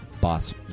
boss